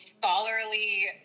scholarly